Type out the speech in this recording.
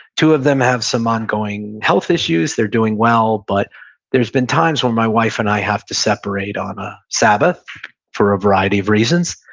two of them have some ongoing health issues. they're doing well, but there's been times when my wife and i have to separate on a sabbath for a variety of reasons.